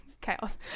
chaos